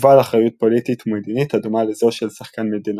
ובעל אחריות פוליטית ומדינית הדומה לזו של "שחקן מדינתי".